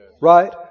Right